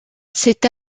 cette